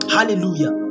Hallelujah